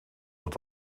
het